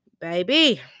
Baby